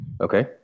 Okay